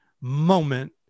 moment